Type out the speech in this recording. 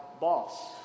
boss